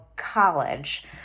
college